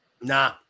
Nah